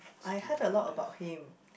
I heard a lot about him